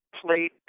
played